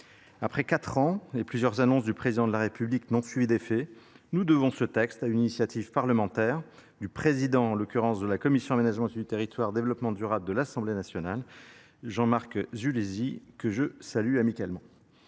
après quatre ans et plusieurs annonces du président de la République n'ont suivi d'effets Nous devons ce texte à une initiative parlementaire du Président, en l'occurrence de la commission de l'énigme loppement durable de l'assemblée nationale, jean marc zulia amicalement